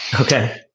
Okay